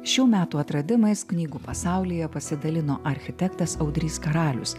šių metų atradimais knygų pasaulyje pasidalino architektas audrys karalius